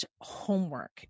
homework